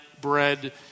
bread